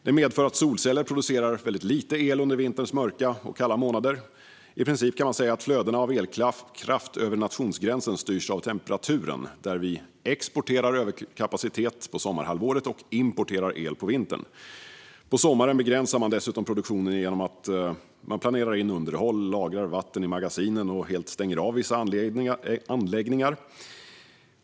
Det medför att solceller producerar väldigt lite el under vinterns mörka och kalla månader. I princip kan man säga att flödena av elkraft över nationsgränsen styrs av temperaturen, då vi exporterar överkapacitet på sommarhalvåret och importerar el på vintern. På sommaren begränsar man dessutom produktionen genom att man planerar in underhåll, lagrar vatten i magasinen och helt stänger av vissa anläggningar.